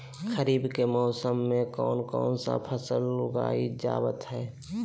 खरीफ के मौसम में कौन कौन सा फसल को उगाई जावत हैं?